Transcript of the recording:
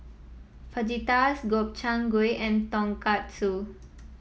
Fajitas Gobchang Gui and Tonkatsu